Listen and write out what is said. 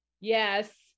Yes